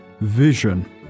vision